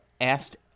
asked